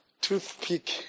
Toothpick